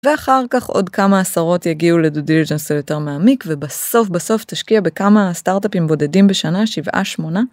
ואחר כך עוד כמה עשרות יגיעו לדודילג'נס יותר מעמיק ובסוף בסוף תשקיע בכמה סטארטאפים בודדים בשנה 7-8.